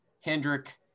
Hendrick